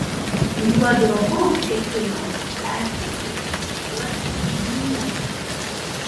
juodu abu ketino persėsti ir važiuoti į gniezną